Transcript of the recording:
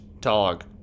dog